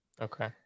okay